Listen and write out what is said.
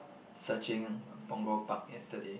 searching Punggol Park yesterday